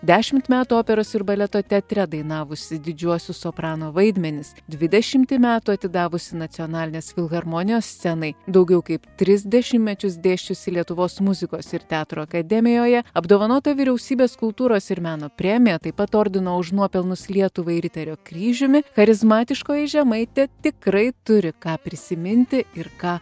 dešimt metų operos ir baleto teatre dainavusi didžiuosius soprano vaidmenis dvidešimtį metų atidavusi nacionalinės filharmonijos scenai daugiau kaip tris dešimtmečius dėsčiusi lietuvos muzikos ir teatro akademijoje apdovanota vyriausybės kultūros ir meno premija taip pat ordino už nuopelnus lietuvai riterio kryžiumi charizmatiškoji žemaitė tikrai turi ką prisiminti ir ką